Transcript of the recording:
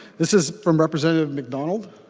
this is from representative mcdonald